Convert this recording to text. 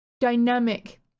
dynamic